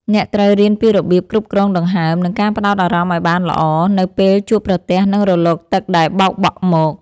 អ្នកត្រូវរៀនពីរបៀបគ្រប់គ្រងដង្ហើម និងការផ្ដោតអារម្មណ៍ឱ្យបានល្អ នៅពេលជួបប្រទះនឹងរលកទឹកដែលបោកបក់មក។